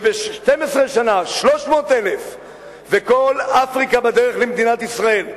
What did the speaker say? וב-12 שנה 300,000. כל אפריקה בדרך למדינת ישראל.